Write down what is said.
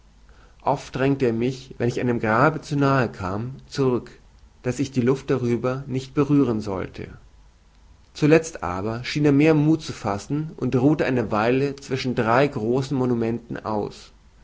oft drängte er mich wenn ich einem grabe zu nahe kam zurück daß ich die luft darüber nicht berühren sollte zulezt aber schien er mehr muth zu fassen und ruhte eine weile zwischen drei großen monumenten aus